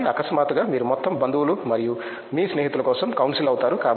కాబట్టి అకస్మాత్తుగా మీరు మొత్తం బంధువులు మరియు మీ స్నేహితుల కోసం కౌన్సిల్ అవుతారు